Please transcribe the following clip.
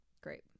Great